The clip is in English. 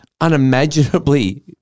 unimaginably –